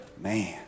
man